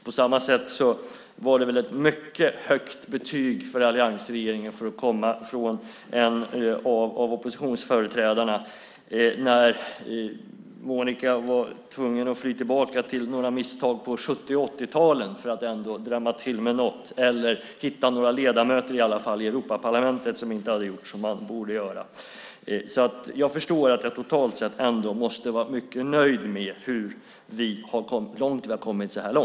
På samma sätt var det väl ett mycket högt betyg på alliansregeringen för att komma från en av oppositionsföreträdarna när Monica Green var tvungen att fly tillbaka till några misstag på 70 och 80-talen för att ändå drämma till med något eller i alla fall hitta några ledamöter i Europaparlamentet som inte hade gjort som de borde göra. Jag förstår att jag totalt sett ändå måste vara mycket nöjd med hur långt vi har kommit hittills.